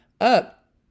up